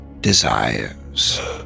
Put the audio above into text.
desires